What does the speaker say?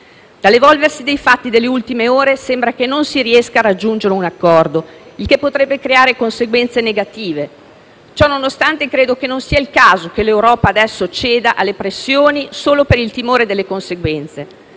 Dall'evolversi dei fatti delle ultime ore, sembra non si riesca a raggiungere un accordo, il che potrebbe creare conseguenze negative. Ciò nonostante, credo non sia il caso che l'Europa adesso ceda alle pressioni solo per il timore delle conseguenze,